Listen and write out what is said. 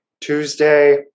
Tuesday